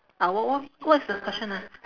ah what what what is the question ah